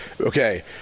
okay